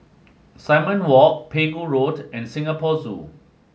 Simon Walk Pegu Road and Singapore Zoo